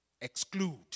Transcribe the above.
exclude